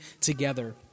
together